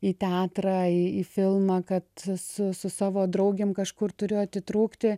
į teatrą į filmą kad su su savo draugėm kažkur turiu atitrūkti